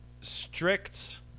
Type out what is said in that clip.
strict